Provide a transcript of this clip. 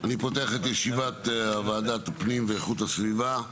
אני פותח את ישיבת ועדת הפנים והגנת הסביבה,